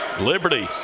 Liberty